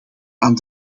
aan